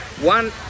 one